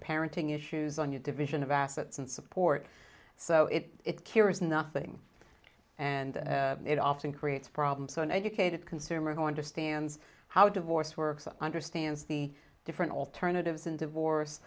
parenting issues on your division of assets and support so if it cures nothing and it often creates problems for an educated consumer going to stand how divorce works understands the different alternatives in divorce